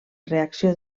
reacció